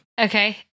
Okay